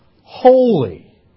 holy